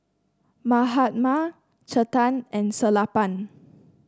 Mahatma Chetan and Sellapan